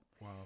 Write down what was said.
Wow